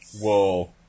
Whoa